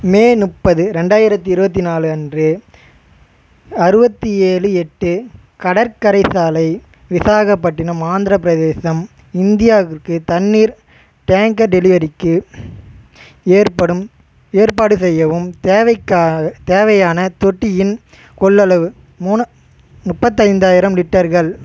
மே முப்பது ரெண்டாயிரத்தி இருபத்தி நாலு அன்று அறுபத்தி ஏழு எட்டு கடற்கரை சாலை விசாகப்பட்டினம் ஆந்திர பிரதேசம் இந்தியாவிற்கு தண்ணீர் டேங்கர் டெலிவரிக்கு ஏற்படும் ஏற்பாடு செய்யவும் தேவைக்காக தேவையான தொட்டியின் கொள்ளளவு மூணு நுப்பத்தைந்தாயிரம் லிட்டர்கள்